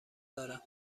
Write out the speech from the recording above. دارم